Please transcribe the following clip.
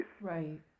Right